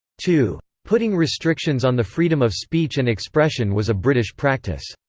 two. putting restrictions on the freedom of speech and expression was a british practice.